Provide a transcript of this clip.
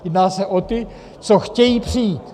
Jedná se o ty, co chtějí přijít.